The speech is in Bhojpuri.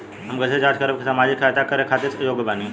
हम कइसे जांच करब की सामाजिक सहायता करे खातिर योग्य बानी?